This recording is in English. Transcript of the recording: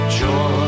joy